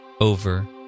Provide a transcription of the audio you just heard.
over